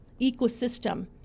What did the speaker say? ecosystem